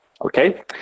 Okay